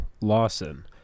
Lawson